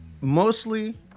Mostly